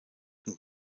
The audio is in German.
und